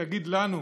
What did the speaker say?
תגיד לנו,